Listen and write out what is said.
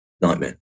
Nightmare